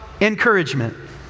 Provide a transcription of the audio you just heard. encouragement